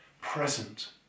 present